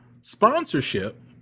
Sponsorship